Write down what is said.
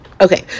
Okay